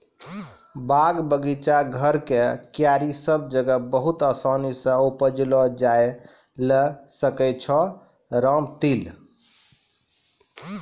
बाग, बगीचा, घर के क्यारी सब जगह बहुत आसानी सॅ उपजैलो जाय ल सकै छो रामतिल